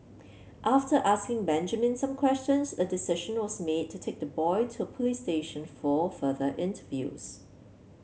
after asking Benjamin some questions a decision was made to take the boy to a police station for further interviews